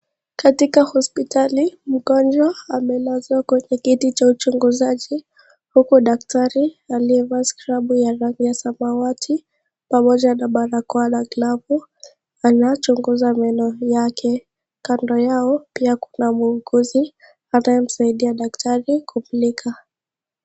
Katika hospitali mgonjwa amelazwa kwenye kiti cha uchunguzaji huku daktari aliyevaa skrabu ya rangi ya samawati pamoja na barakoa na glovu anachunguza meno yake. Kando yao pia kuna muuguzi anayemsaidia daktari kumulika.